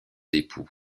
époux